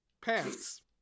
pants